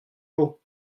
haut